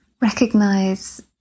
recognize